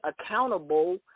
accountable